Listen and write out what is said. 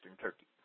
Turkey